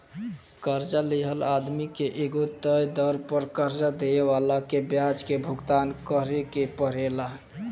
कर्जा लिहल आदमी के एगो तय दर पर कर्जा देवे वाला के ब्याज के भुगतान करेके परेला